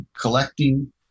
collecting